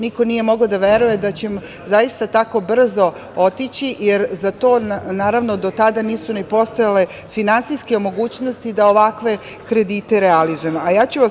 Niko nije mogao da veruje da ćemo zaista tako brzo otići, jer do tada nisu ni postojale finansijske mogućnosti da ovakve kredite realizujemo.